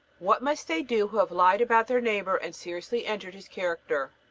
what must they do who have lied about their neighbor and seriously injured his character?